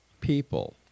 people